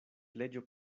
leĝo